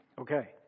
Okay